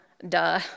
duh